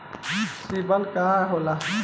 सीबील का होखेला?